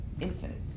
infinite